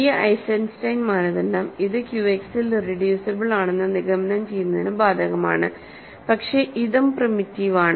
ഈ ഐസൻസ്റ്റൈൻ മാനദണ്ഡം ഇത് ക്യുഎക്സിൽ ഇറെഡ്യൂസിബിൾ ആണെന്ന് നിഗമനം ചെയ്യുന്നതിന് ബാധകമാണ് പക്ഷേ ഇതും പ്രിമിറ്റീവ് ആണ്